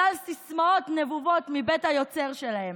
שלל סיסמאות נבובות מבית היוצר שלהם.